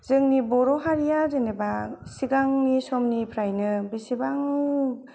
जोंनि बर' हारिया जेनेबा सिगांनि समनिफ्रायनो बेसेबां